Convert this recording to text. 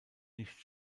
nicht